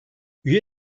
üye